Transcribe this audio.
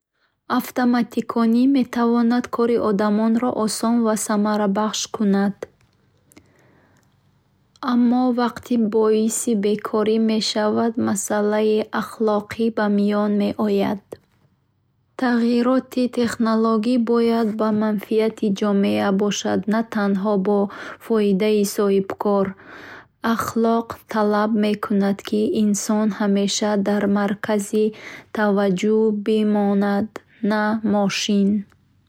Автоматикони метавонад кори одамонро осон ва самарабахш кунад, аммо вақте боиси бекорӣ мешавад, масъалаи ахлоқӣ ба миён меояд. Тағйироти технологӣ бояд ба манфиати ҷомеа бошад, на танҳо ба фоидаи соҳибкор. Ахлок талаб мекунад, ки инсон ҳамеша дар маркази таваҷҷӯҳ бимонад, на мошин.